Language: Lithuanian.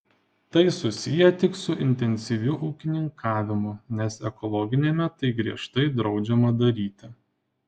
tai susiję tik su intensyviu ūkininkavimu nes ekologiniame tai griežtai draudžiama daryti